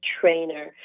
trainer